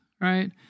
right